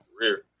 career